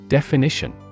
Definition